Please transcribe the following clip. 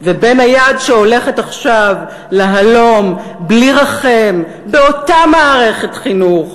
ובין היד שהולכת עכשיו להלום בלי רחם באותה מערכת חינוך,